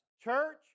church